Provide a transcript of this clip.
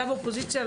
גם האופוזיציה,